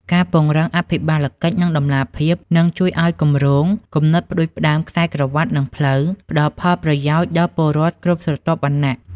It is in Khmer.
ការពង្រឹងអភិបាលកិច្ច និងតម្លាភាព នឹងជួយឱ្យគម្រោង គំនិតផ្ដួចផ្ដើមខ្សែក្រវាត់ និងផ្លូវ ផ្ដល់ផលប្រយោជន៍ដល់ពលរដ្ឋគ្រប់ស្រទាប់វណ្ណៈ។